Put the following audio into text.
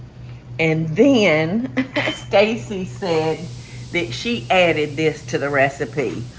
and then stacy said that she added this to the recipe.